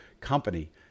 company